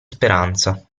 speranza